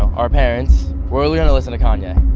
our parents. we're only gonna listen to kanye.